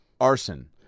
Arson